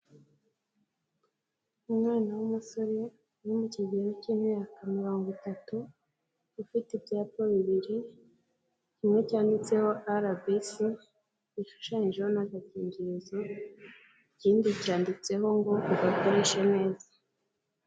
Umwana w'umusore wo mu kigero cy'imyaka mirongo itatu ufite ibyapa bibiri, kimwe cyanditseho RBC gishushanyijeho n'agakingirizo, ikindi cyanditseho ngo tugakoresha neza.